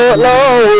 la